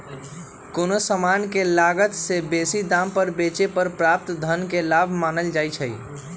कोनो समान के लागत से बेशी दाम पर बेचे पर प्राप्त धन के लाभ मानल जाइ छइ